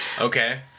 okay